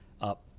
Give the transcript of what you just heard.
up